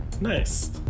Nice